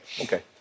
okay